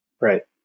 Right